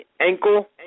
ankle